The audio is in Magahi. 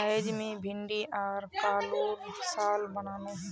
अयेज मी भिंडी आर आलूर सालं बनानु